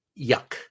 yuck